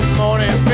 morning